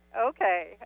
Okay